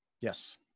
Yes